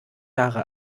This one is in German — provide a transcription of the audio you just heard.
jahre